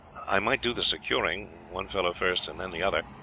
i might do the securing, one fellow first, and then the other.